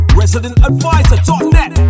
residentadvisor.net